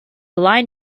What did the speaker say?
line